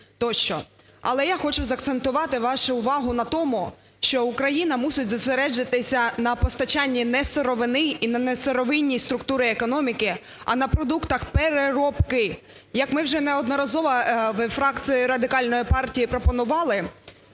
Але я хочу закцентувати вашу увагу на тому, що Україна мусить зосередитися на постачанні не сировини і не на сировинній структурі економіки, а на продуктах переробки, як ми вже неодноразово у фракції Радикальної партії пропонували